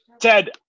Ted